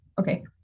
Okay